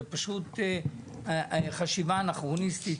זו פשוט חשיבה אנכרוניסטית,